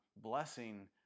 blessing